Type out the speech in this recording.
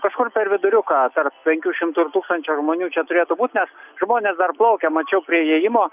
kažkur per viduriuką tarp penkių šimtų ir tūkstančio žmonių čia turėtų būt nes žmonės dar plaukia mačiau prie įėjimo